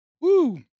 Woo